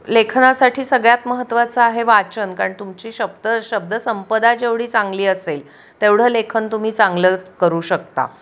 लेखनासाठी सगळ्यात महत्त्वाचं आहे वाचन कारण तुमची शब्द शब्दसंपदा जेवढी चांगली असेल तेवढं लेखन तुम्ही चांगलं करू शकता